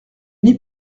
n’y